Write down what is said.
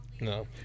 No